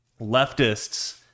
leftists